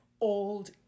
old